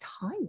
tired